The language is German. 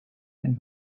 den